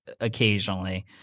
occasionally